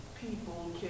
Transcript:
people